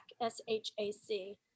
S-H-A-C